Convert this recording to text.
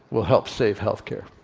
will help save healthcare.